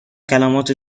کلمات